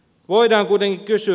voidaan kuitenkin kysyä